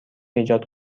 ایجاد